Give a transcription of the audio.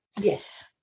Yes